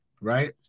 right